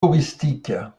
touristiques